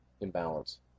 imbalance